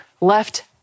left